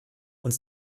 uns